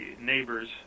neighbors